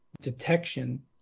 detection